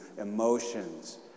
emotions